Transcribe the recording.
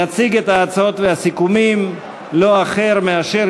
יציג את ההצעות והסיכומים לא אחר מאשר